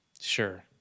Sure